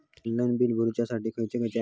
Online bill भरुच्यासाठी खयचे खयचे ऍप आसत?